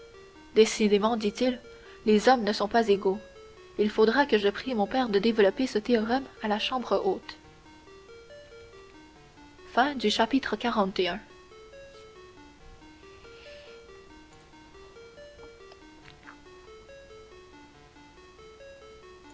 décidément dit-il les hommes ne sont pas égaux il faudra que je prie mon père de développer ce théorème à la chambre haute xlii